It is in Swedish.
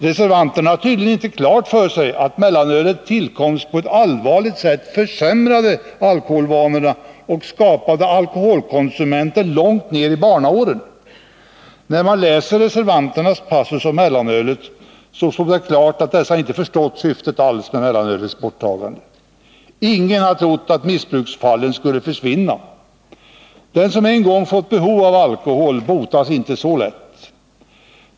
Reservanterna har tydligen inte klart för sig att mellanölets tillkomst på ett allvarligt sätt försämrade alkoholvanorna och skapade alkoholkonsumenter långt ned i barnaåren. När man läser reservanternas passus om mellanölet står det klart att de inte alls förstått syftet med mellanölets borttagande. Ingen hade trott att missbruksfallen skulle försvinna. Den som en gång fått behov av alkohol botas inte så lätt.